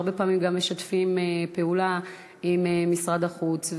והרבה פעמים גם משתפים פעולה עם משרד החוץ.